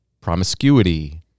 promiscuity